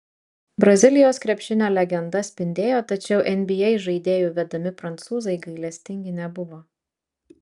brazilijos krepšinio legenda spindėjo tačiau nba žaidėjų vedami prancūzai gailestingi nebuvo